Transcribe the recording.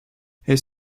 his